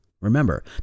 Remember